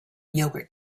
yogurt